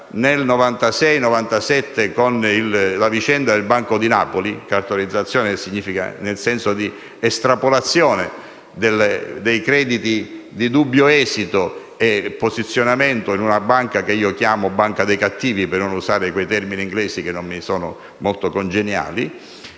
nel 1996-1997 con la vicenda del Banco di Napoli. La cartolarizzazione è l'estrapolazione dei crediti di dubbio esito e il posizionamento in una banca che io chiamo «banca dei cattivi» (per non usare quei termini inglesi che non mi sono molto congeniali).